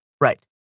right